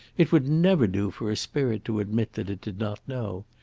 it would never do for a spirit to admit that it did not know.